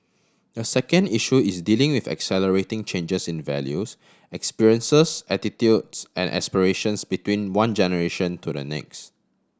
the second issue is dealing with accelerating changes in values experiences attitudes and aspirations between one generation to the next